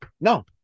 No